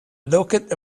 looked